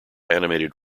animated